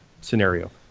scenario